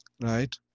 right